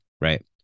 right